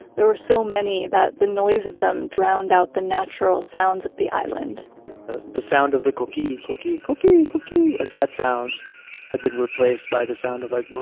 there were so many that the noise of them drowning out the natural sounds of the island the sound of the cookie cookie cookie cookie! like that sound had been replaced by the sound of like,